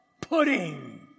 pudding